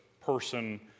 person